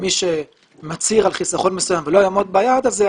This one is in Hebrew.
מי שמצהיר על חיסכון מסוים ולא יעמוד ביעד הזה,